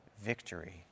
victory